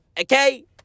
Okay